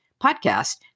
podcast